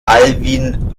alwin